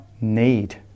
need